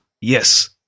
yes